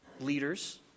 leaders